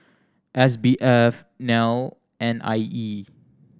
S B F NEL and I E